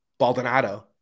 Baldonado